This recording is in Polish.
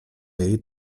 jej